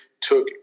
took